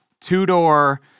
two-door